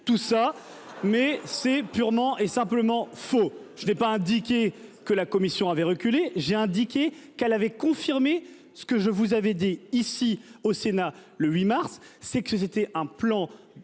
tout ça mais c'est purement et simplement faux. Je n'ai pas indiqué que la commission avait reculé j'ai indiqué qu'elle avait confirmé ce que je vous avez dit ici au Sénat, le 8 mars c'est que c'était un plan une